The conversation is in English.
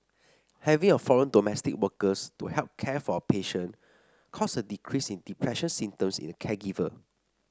having a foreign domestic workers to help care for a patient caused a decrease in depressive symptoms in the caregiver